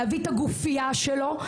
להביא את הגופייה שלו.